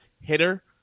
hitter